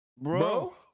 Bro